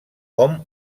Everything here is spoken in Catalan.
hom